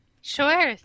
Sure